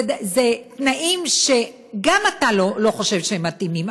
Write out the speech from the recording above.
אלה תנאים שגם אתה לא חושב שהם מתאימים,